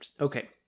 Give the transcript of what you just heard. Okay